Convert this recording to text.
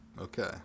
Okay